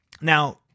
Now